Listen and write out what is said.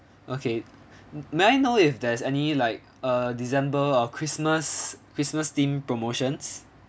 okay may I know if there's any like uh december or christmas christmas-themed promotions